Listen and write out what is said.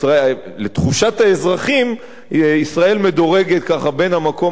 לתחושת האזרחים ישראל מדורגת ככה בין המקום